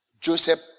Joseph